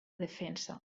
defensa